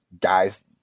guys